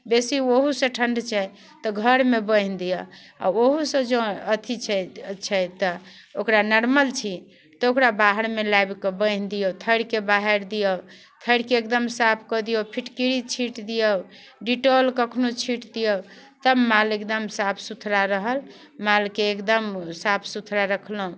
बेसी ओहूसँ ठण्ड छै तऽ घरमे बान्हि दिअऽ आओर ओहूसँ जँ अथी छै छै तऽ ओकरा नॉर्मल छै तऽ ओकरा बाहरमे लाबिके बान्हि दिअऽ थैरके बहारि दिऔ थैरके एकदम साफ कऽ दिऔ फिटकरी छीटि दिऔ डिटॉल कखनो छीटि दिऔ तब माल एकदम साफ सुथरा रहल मालके एकदम साफ सुथरा रखलहुँ